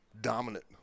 dominant